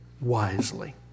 wisely